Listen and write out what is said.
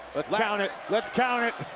lets like count it lets count it,